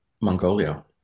Mongolia